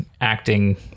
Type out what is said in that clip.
acting